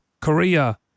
Korea